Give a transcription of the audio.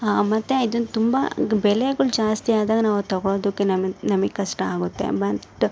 ಮತ್ತು ಇದುನ್ನ ತುಂಬ ಬೆಲೆಗಳ್ ಜಾಸ್ತಿ ಆದಾಗ ನಾವು ಅದು ತಗೊಳೊದಕ್ಕೆ ನಮಿನ್ ನಮಗ್ ಕಷ್ಟ ಆಗುತ್ತೆ ಬಟ್